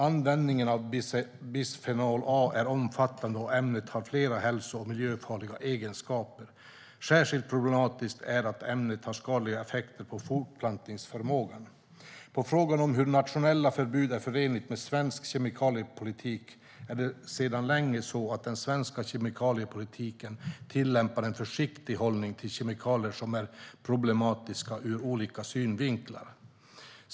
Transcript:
Användningen av bisfenol A är omfattande och ämnet har flera hälso och miljöfarliga egenskaper. Särskilt problematiskt är att ämnet har skadliga effekter för fortplantningsförmågan. På frågan om hur nationella förbud är förenliga med svensk kemikaliepolitik är svaret att den svenska kemikaliepolitiken sedan länge tillämpar en försiktig hållning till kemikalier som är problematiska ur olika synvinklar.